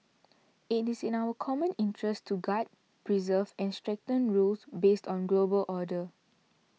it is in our common interest to guard preserve and strengthen rules based on global order